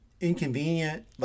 inconvenient